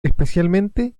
especialmente